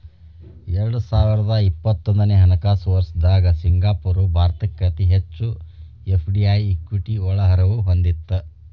ಎರಡು ಸಾವಿರದ ಇಪ್ಪತ್ತೊಂದನೆ ಹಣಕಾಸು ವರ್ಷದ್ದಾಗ ಸಿಂಗಾಪುರ ಭಾರತಕ್ಕ ಅತಿ ಹೆಚ್ಚು ಎಫ್.ಡಿ.ಐ ಇಕ್ವಿಟಿ ಒಳಹರಿವು ಹೊಂದಿತ್ತ